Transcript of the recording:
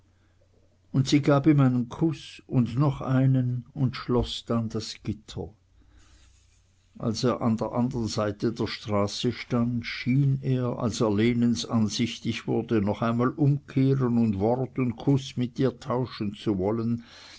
und sie gab ihm einen kuß und noch einen und schloß dann das gitter als er an der andern seite der straße stand schien er als er lenens ansichtig wurde noch einmal umkehren und wort und kuß mit ihr tauschen zu wollen